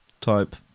type